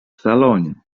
salonie